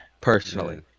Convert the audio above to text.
personally